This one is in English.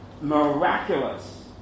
miraculous